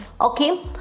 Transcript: Okay